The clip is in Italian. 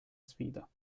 sfida